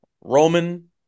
Roman